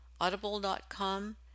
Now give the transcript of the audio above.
Audible.com